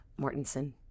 Mortensen